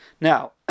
Now